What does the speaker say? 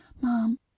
Mom